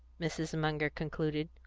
mrs. munger concluded,